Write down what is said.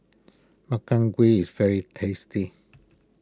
Makchang Gui is very tasty